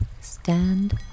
stand